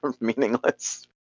meaningless